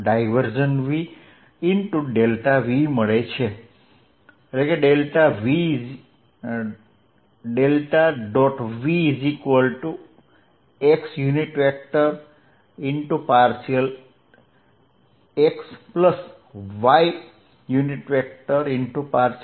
ds છે અને આપણને v